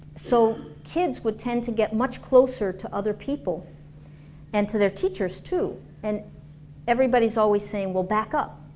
so kids would tend to get much closer to other people and to their teachers too and everybody's always saying, well back up